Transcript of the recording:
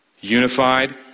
unified